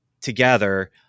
together